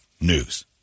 news